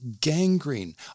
gangrene